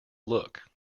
look